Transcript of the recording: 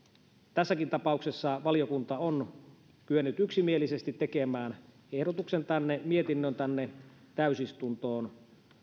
tässäkin tapauksessa valiokunta on kyennyt yksimielisesti tekemään ehdotuksen mietinnön tänne täysistuntoon